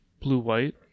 blue-white